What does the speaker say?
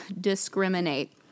discriminate